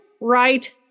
right